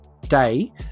day